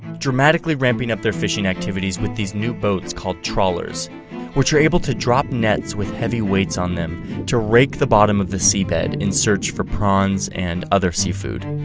dramatically ramping up their fishing activities with these new boat is called trawlers which are able to drop nets with heavy weights on them to rake the bottom of the seabed in search for prawns and other seafood.